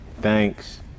thanks